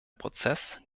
prozess